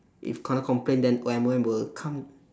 if kena complain then M_O_M will come